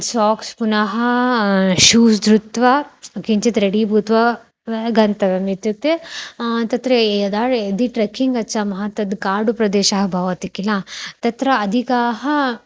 socks पुनः shoes धृत्वा किञ्चित् रेडि भूत्वा गन्तव्यम् इत्युक्ते तत्र यदा यदि ट्रेकिङ्ग् गच्छामः तद् काडुप्रदेशः भवति किल तत्र अधिकाः